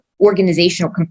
organizational